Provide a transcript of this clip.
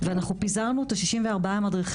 אנחנו פיזרנו את 64 המדריכים